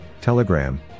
Telegram